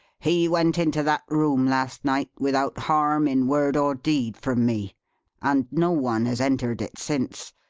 he went into that room last night, without harm in word or deed from me and no one has entered it since.